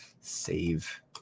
Save